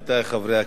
עמיתי חברי הכנסת,